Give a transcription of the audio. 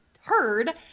heard